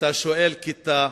ואתה שואל כיתה,